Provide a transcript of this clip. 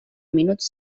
minuts